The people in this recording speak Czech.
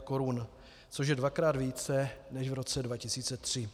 korun, což je dvakrát více než v roce 2003.